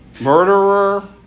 murderer